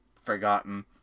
forgotten